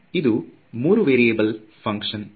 ಇದು ಮೂರು ವೇರಿಯೆಬಲ್ ಕಾರ್ಯ ಆಗಿದೆ